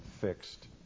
fixed